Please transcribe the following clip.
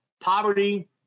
poverty